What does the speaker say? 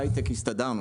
אנחנו בהייטק הסתדרנו.